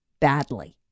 Badly